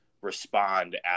respond